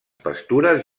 pastures